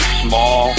small